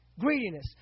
greediness